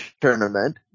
Tournament